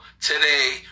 Today